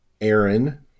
Aaron